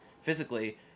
physically